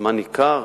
זמן ניכר.